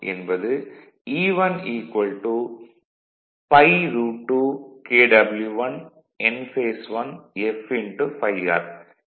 என்பது E1 2 Kw1 Nph1 f ∅r